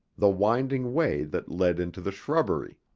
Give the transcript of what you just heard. the winding way that led into the shrubbery.